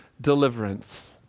deliverance